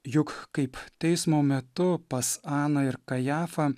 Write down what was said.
juk kaip teismo metu pas aną ir kajafą